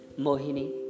Mohini